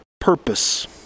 purpose